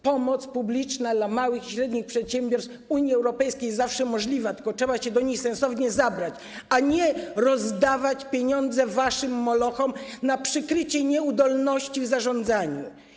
Pomoc publiczna dla małych i średnich przedsiębiorstw Unii Europejskiej jest zawsze możliwa, tylko trzeba się do niej sensownie zabrać, a nie rozdawać pieniądze waszym molochom na przykrycie nieudolności w zarządzaniu.